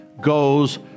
Goes